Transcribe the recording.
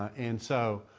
and so.